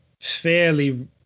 fairly